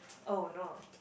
oh no